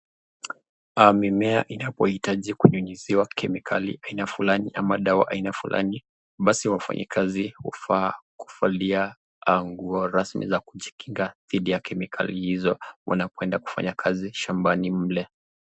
Mimea inapohitaji kunyunyiziwa kimikali aina fulani ama dawa aina fulani basi wafanyakazi hufaa kuvalia nguo rasmi za kujikinga dhidi ya kemikali hizo kwenda kufanya kazi shambani mle.